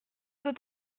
peux